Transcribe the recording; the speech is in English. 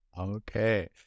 Okay